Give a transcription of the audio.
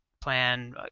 plan